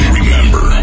Remember